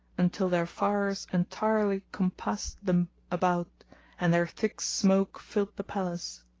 until their fires entirely compassed them about and their thick smoke filled the palace.